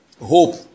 Hope